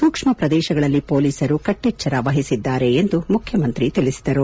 ಸೂಕ್ಷ್ಮ ಪ್ರದೇಶಗಳಲ್ಲಿ ಮೊಲೀಸರು ಕಟ್ಟೆಚ್ವರ ವಹಿಸಿದ್ದಾರೆ ಎಂದು ಮುಖ್ಯಮಂತ್ರಿ ತಿಳಿಸಿದರು